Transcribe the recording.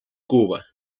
cuba